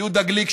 יהודה גליק,